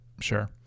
Sure